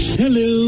hello